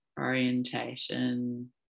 orientation